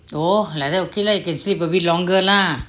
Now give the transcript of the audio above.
oh like that okay lah you can sleep a bit longer lah